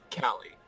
Callie